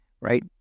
right